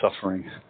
suffering